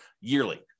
yearly